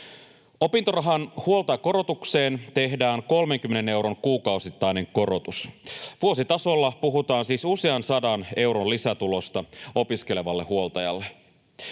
Opintorahan huoltajakorotukseen tehdään 30 euron kuukausittainen korotus. Vuositasolla puhutaan siis usean sadan euron lisätulosta opiskelevalle huoltajalle.